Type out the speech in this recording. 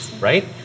right